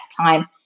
time